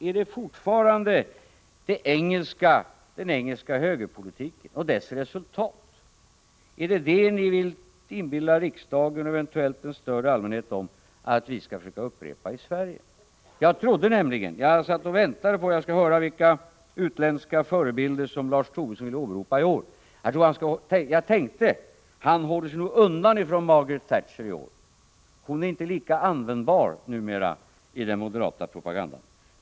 Är det fortfarande engelsk högerpolitik och dess resultat som ni vill inbilla riksdagen och en större allmänhet att vi skall försöka upprepa i Sverige? Jag satt och väntade på att få höra vilka utländska förebilder som Lars Tobisson ville åberopa i år. Han håller sig nog undan från Margaret Thatcher i år, tänkte jag. Hon är inte längre lika användbar i den moderata propagandan.